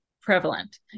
prevalent